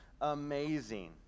amazing